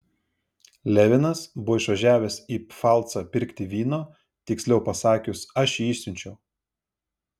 levinas buvo išvažiavęs į pfalcą pirkti vyno tiksliau pasakius aš jį išsiunčiau